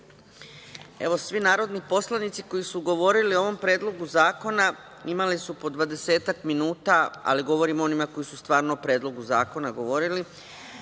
Evo, svi narodni poslanici koji su govorili o ovom Predlogu zakona imali su po dvadesetak minuta, ali govorim o onima koji su stvarno o Predlogu zakona govorili.